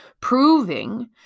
proving